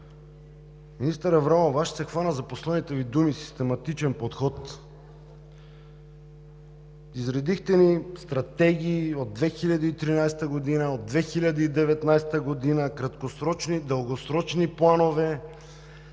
Министър Аврамова, аз ще се хвана за последните Ви думи „систематичен подход“. Изредихте ни стратегии от 2013 г., от 2019 г., краткосрочни, дългосрочни планове.